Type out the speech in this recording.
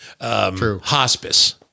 hospice